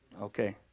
Okay